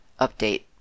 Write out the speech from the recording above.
update